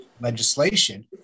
legislation